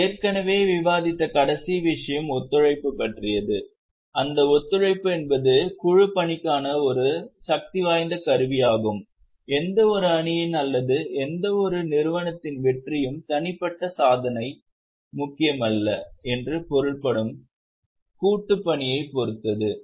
நாங்கள் ஏற்கனவே விவாதித்த கடைசி விஷயம் ஒத்துழைப்பு பற்றியது அந்த ஒத்துழைப்பு என்பது குழுப்பணிக்கான ஒரு சக்திவாய்ந்த கருவியாகும் எந்தவொரு அணியின் அல்லது எந்தவொரு நிறுவனத்தின் வெற்றியும் தனிப்பட்ட சாதனை முக்கியமல்ல என்று பொருள்படும் கூட்டுப் பணியைப் பொறுத்தது